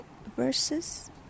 Verses